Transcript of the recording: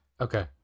Okay